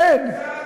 כן.